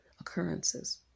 occurrences